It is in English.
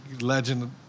legend